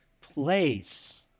place